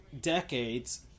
decades